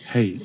Hey